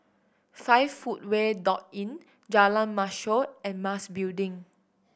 Five Footway Inn Jalan Mashor and Mas Building